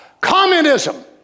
communism